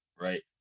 right